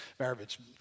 Maravich